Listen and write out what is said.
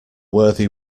worthy